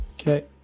Okay